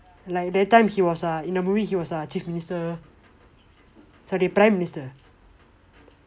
like that time he was in a movie he was a chief minister sorry prime minister